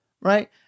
right